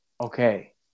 Okay